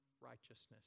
righteousness